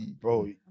Bro